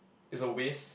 it's a waste